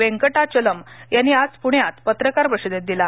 वेंकटाचलम यांनी आज प्ण्यात पत्रकार परिषदेत दिला